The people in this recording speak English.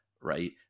right